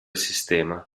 sistema